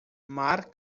mar